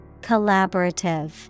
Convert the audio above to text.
Collaborative